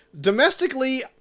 Domestically